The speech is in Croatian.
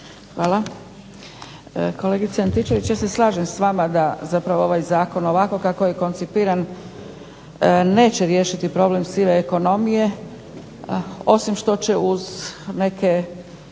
(SDP)** Kolegice Antičević, ja se slažem sa vama da zapravo ovaj zakon ovako kako je koncipiran neće riješiti problem sive ekonomije osim što će uz neke